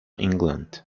england